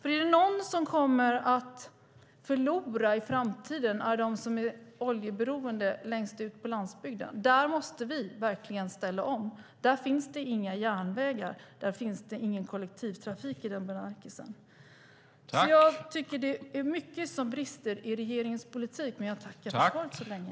Är det någon som kommer att förlora i framtiden är det nämligen de som är oljeberoende längst ut på landsbygden. Där måste vi verkligen ställa om. Där finns inga järnvägar. Där finns ingen kollektivtrafik i den bemärkelsen. Jag tycker alltså att det är mycket som brister i regeringens politik, men jag tackar för svaret så länge.